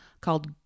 called